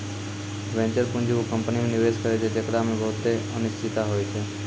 venture पूंजी उ company मे निवेश करै छै जेकरा मे बहुते अनिश्चिता होय छै